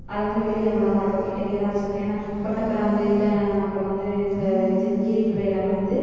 அதை வந்து வெளியில் விடமாட்டோம் கிட்டக்கவே தான் வச்சிருப்போம் ஏன்னா கொட்டப்பிராந்து அப்புறம் இந்த இது கீரிப்பிள்ளை எல்லாமே வந்து